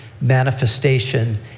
manifestation